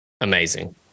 Amazing